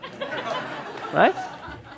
Right